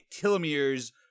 telomeres